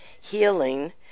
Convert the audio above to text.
healing